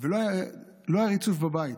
ולא היה ריצוף בבית.